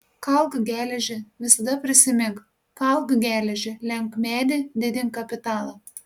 kalk geležį visada prisimink kalk geležį lenk medį didink kapitalą